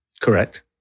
Correct